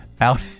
out